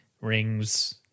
rings